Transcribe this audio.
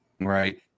Right